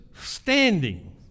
standing